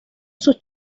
sus